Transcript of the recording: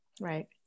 Right